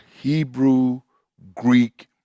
Hebrew-Greek